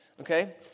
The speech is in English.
okay